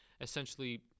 essentially